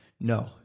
no